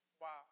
Wow